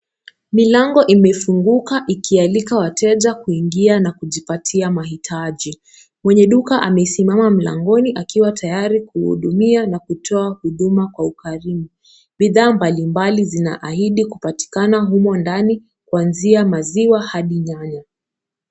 Milango imefunguka ikialika wateja kuingia na kujipatia mahitaji. Mwenye duka amesimama mlangoni akiwa tayari kuhudumia na kutoa huduma kwa ukarimu. Bidhaa mbalimbali zinaahidi kupatikana humo ndani kuanzia maziwa hadi nyanya.